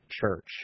Church